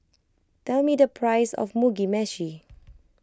tell me the price of Mugi Meshi